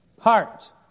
Heart